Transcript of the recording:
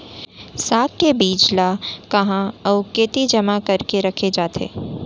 साग के बीज ला कहाँ अऊ केती जेमा करके रखे जाथे?